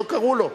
לא קראו לו.